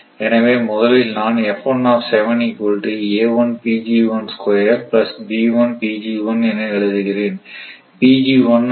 எனவே முதலில் நான் என எழுதுகிறேன்